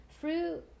Fruit